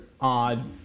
odd